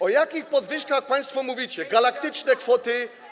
O jakich podwyżkach państwo mówicie, galaktyczne kwoty?